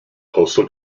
postal